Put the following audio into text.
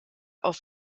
auf